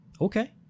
Okay